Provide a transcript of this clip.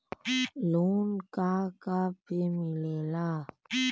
Loan का का पे मिलेला?